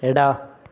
ಎಡ